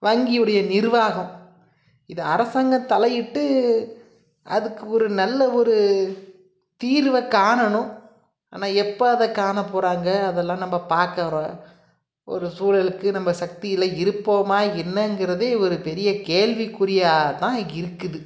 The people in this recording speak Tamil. வங்கியுடைய நிர்வாகம் இது அரசாங்கம் தலையிட்டு அதுக்கு ஒரு நல்ல ஒரு தீர்வை காணணும் ஆனால் எப்போ அதை காணப்போகிறாங்க அதெல்லாம் நம்ம பார்க்குற ஒரு சூழலுக்கு நம்ம சக்தியில் இருப்போமா என்னங்கிறது ஒரு பெரிய கேள்வி குறியாக தான் இருக்குது